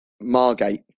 Margate